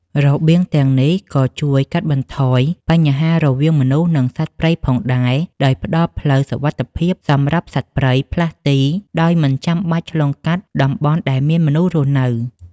របៀងទាំងនេះក៏ជួយកាត់បន្ថយ បញ្ហាររវាងមនុស្ស និងសត្វព្រៃ ផងដែរ ដោយផ្តល់ផ្លូវសុវត្ថិភាពសម្រាប់សត្វព្រៃផ្លាស់ទីដោយមិនចាំបាច់ឆ្លងកាត់តំបន់ដែលមានមនុស្សរស់នៅ។